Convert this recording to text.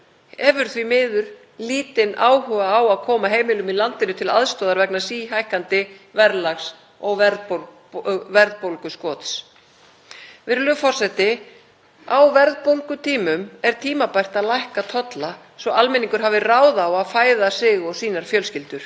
Virðulegur forseti. Á verðbólgutímum er tímabært að lækka tolla svo að almenningur hafi ráð á að fæða sig og sínar fjölskyldur. Sú haftastefna sem rekin er hér er ekki leiðin að fæðuöryggi heldur á þvert á móti að gera allt sem hægt er til að tryggja almenningi öruggt aðgengi að fæðu.